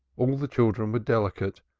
all the children were delicate,